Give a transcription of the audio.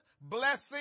blessing